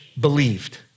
believed